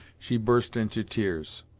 she burst into tears.